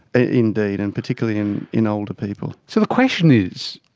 indeed, and particularly in in older people. so the question is,